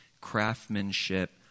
craftsmanship